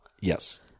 Yes